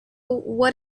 what